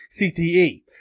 CTE